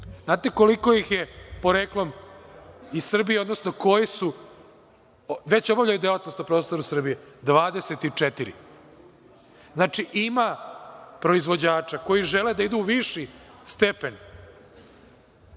Znate koliko ih je poreklom iz Srbije, odnosno koji već obavljaju delatnost na prostoru Srbije, dvadeset četiri. Znači, ima proizvođača koji žele da idu u viši stepen